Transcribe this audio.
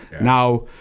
Now